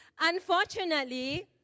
Unfortunately